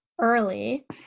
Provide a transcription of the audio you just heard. early